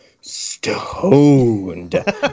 stoned